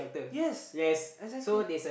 yes exactly